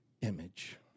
image